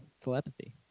telepathy